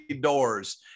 doors